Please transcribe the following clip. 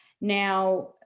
Now